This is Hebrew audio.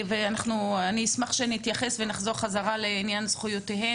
אני אשמח שנתייחס לעניין זכויותיהן